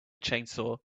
chainsaw